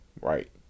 Right